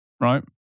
right